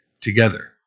together